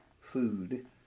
Food